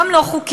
גם לא חוקי,